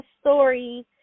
story